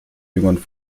jüngern